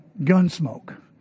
Gunsmoke